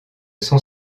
son